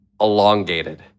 elongated